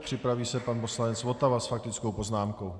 Připraví se pan poslanec Votava s faktickou poznámkou.